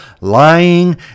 lying